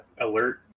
alert